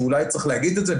אולי צריך להגיד את זה,